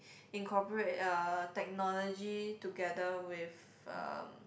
incorporate uh technology together with um